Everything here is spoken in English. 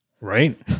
Right